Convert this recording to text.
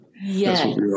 Yes